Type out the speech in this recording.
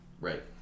Right